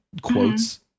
quotes